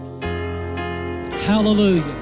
Hallelujah